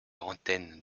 rantaine